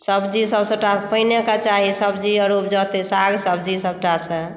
सब्जीसभ सभटा पानिएके चाही सब्जी आओर उपजतै साग सब्जी सभटा सभ